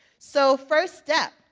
so first up,